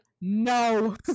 no